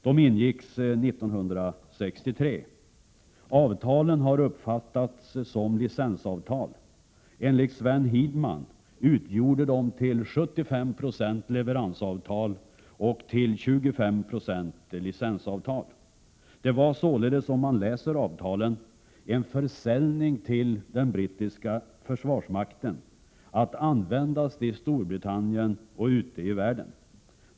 De ingicks 1963. Avtalen har uppfattats som licensavtal. Enligt Sven Hirdman utgjorde de till 75 96 leveransavtal och till 25 96 licensavtal. Det var således, om man läser avtalen, en försäljning till den brittiska försvarsmakten av materiel att användas i Storbritannien och ute i världen.